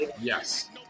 Yes